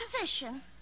position